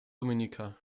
dominica